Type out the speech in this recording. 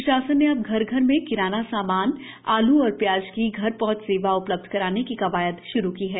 प्रशासन ने अब घर घर में किराना सामान आलू और प्याज की घर पहुंच सेवा उपलब्ध कराने की कवायद श्रू की है